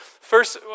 first